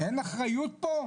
אין אחריות פה?